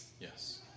Yes